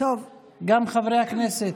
גם חברי הכנסת.